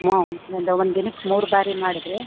ಹೂಂ ಒಂದು ದಿನಕ್ಕೆ ಮೂರು ಬಾರಿ ಮಾಡಿದರೆ